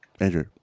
Andrew